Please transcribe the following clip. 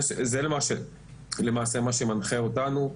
זה למעשה מה שמנחה אותנו,